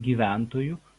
gyventojų